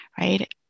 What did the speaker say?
right